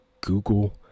google